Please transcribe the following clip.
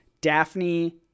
Daphne